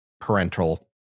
parental